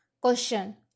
Question